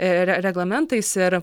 re reglamentais ir